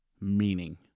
meaning